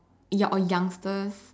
young youngsters